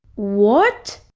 what?